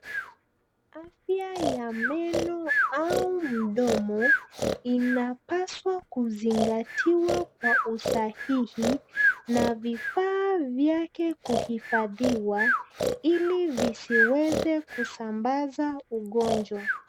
Afya ya meno au mdomo inapaswa kuzingatiwa kwa usahihi na vifaa vyake kuhifadhiwa ili visiweze kusambaza ugonjwa.